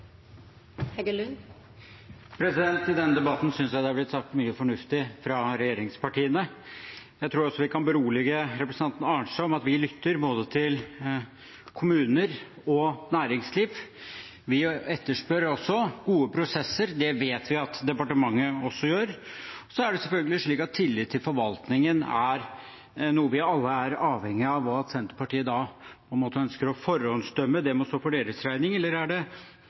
I denne debatten synes jeg det har blitt sagt mye fornuftig fra regjeringspartiene. Jeg tror også vi kan berolige representanten Arnstad med at vi lytter både til kommuner og til næringsliv. Vi etterspør også gode prosesser. Det vet vi at departementet også gjør. Så er det selvfølgelig slik at tillit til forvaltningen er noe vi alle er avhengig av. At Senterpartiet da på en måte ønsker å forhåndsdømme, det må stå for deres regning. Eller er det